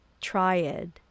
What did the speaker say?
triad